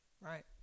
Right